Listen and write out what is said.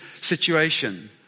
situation